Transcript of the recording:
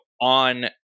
on